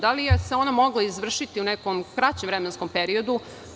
Da li se ona mogla izvršiti u nekom kraćem vremenskom periodu?